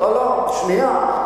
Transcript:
לא לא, שנייה.